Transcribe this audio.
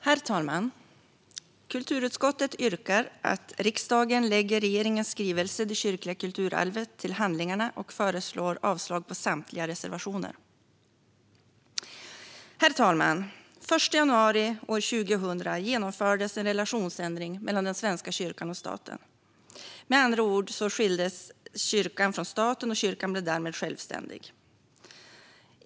Herr talman! Kulturutskottet yrkar bifall till förslaget att riksdagen ska lägga regeringens skrivelse Det kyrkliga kulturarvet till handlingarna och föreslår avslag på samtliga reservationer. Herr talman! Den 1 januari 2000 genomfördes en relationsförändring mellan Svenska kyrkan och staten. Med andra ord skildes kyrkan från staten, och kyrkan blev därmed självständig.